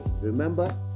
Remember